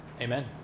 Amen